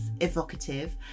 evocative